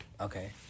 Okay